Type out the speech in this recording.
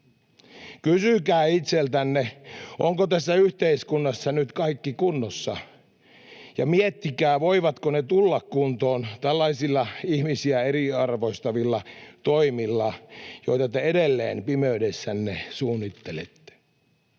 Kysykää itseltänne, onko tässä yhteiskunnassa nyt kaikki kunnossa, ja miettikää, voivatko ne tulla kuntoon tällaisilla ihmisiä eriarvoistavilla toimilla, joita te edelleen pimeydessänne suunnittelitte.